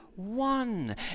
One